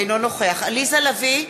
אינו נוכח עליזה לביא,